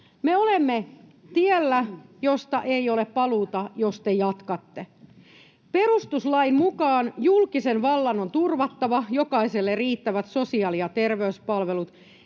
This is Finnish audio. Me olemme tiellä, jolta ei ole paluuta, jos te jatkatte. Perustuslain mukaan julkisen vallan on turvattava jokaiselle riittävät sosiaali- ja terveyspalvelut